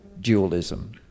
dualism